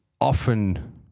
often